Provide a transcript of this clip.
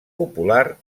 popular